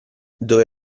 dove